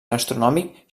gastronòmic